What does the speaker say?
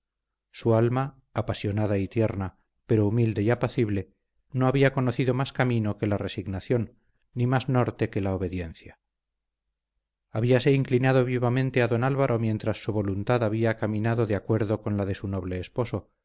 su alma apasionada y tierna pero humilde y apacible no había conocido más camino que la resignación ni más norte que la obediencia habíase inclinado vivamente a don álvaro mientras su voluntad había caminado de acuerdo con la de su noble esposo